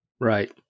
Right